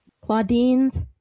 Claudine's